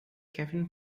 kevin